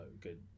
good